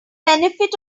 benefit